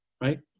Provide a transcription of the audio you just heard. right